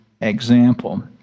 example